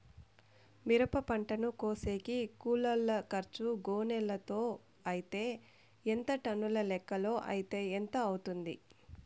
మిరప పంటను కోసేకి కూలోల్ల ఖర్చు గోనెలతో అయితే ఎంత టన్నుల లెక్కలో అయితే ఎంత అవుతుంది?